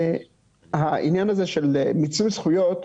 העניין הזה של מיצוי זכויות,